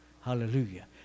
Hallelujah